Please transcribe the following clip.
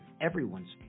everyone's